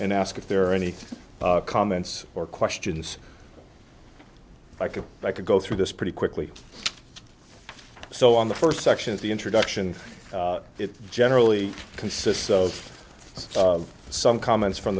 and ask if there are any comments or questions like if i could go through this pretty quickly so on the first section of the introduction it generally consists of some comments from